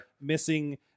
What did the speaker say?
missing